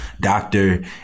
doctor